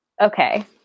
Okay